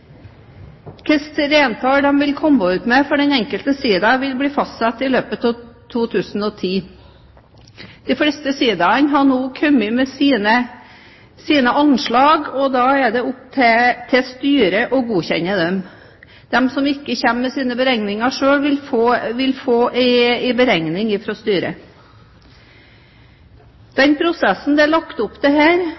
Hvilke reintall man vil komme ut med for den enkelte sida, vil bli fastsatt i løpet av 2010. De fleste sidaene har nå kommet med sine anslag, og da er det opp til styret å godkjenne dem. De som ikke kommer med sine beregninger selv, vil få